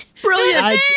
Brilliant